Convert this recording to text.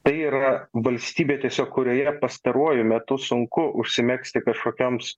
tai yra valstybė tiesiog kurioje pastaruoju metu sunku užsimegzti kažkokioms